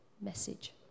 message